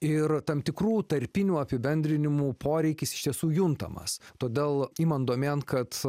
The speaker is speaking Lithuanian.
ir tam tikrų tarpinių apibendrinimų poreikis iš tiesų juntamas todėl imant domėn kad